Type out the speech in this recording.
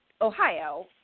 Ohio